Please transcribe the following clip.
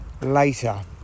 later